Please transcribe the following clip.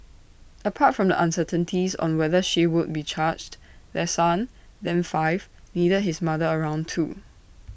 apart from the uncertainties on whether she would be charged their son then five needed his mother around too